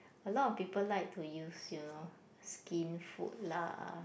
a lot of people like to use you know Skinfood lah